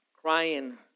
crying